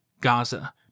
Gaza